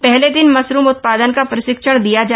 पहले दिन मशरूम उत्पादन का प्रशिक्षण दिया गया